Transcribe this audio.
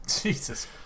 Jesus